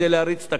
אנחנו,